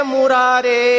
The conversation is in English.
Murare